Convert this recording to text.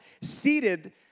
Seated